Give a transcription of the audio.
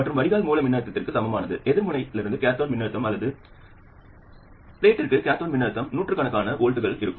மற்றும் வடிகால் மூல மின்னழுத்தத்திற்கு சமமானது எதிர்மின்முனையிலிருந்து கேத்தோடு மின்னழுத்தம் அல்லது பிளேட்டிலிருந்து கேத்தோடு மின்னழுத்தம் நூற்றுக்கணக்கான வோல்ட்டுகளில் இருக்கும்